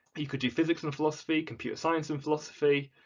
you could do physics and philosophy, computer science and philosophy,